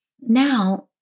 now